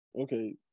Okay